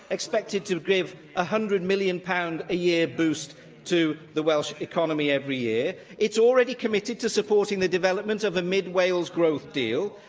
expected to give one ah hundred million pounds a year boost to the welsh economy every year. it's already committed to supporting the development of a mid wales growth deal,